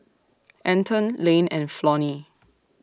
Anton Lane and Flonnie